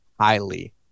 highly